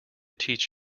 teach